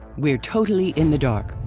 we're totally in the dark!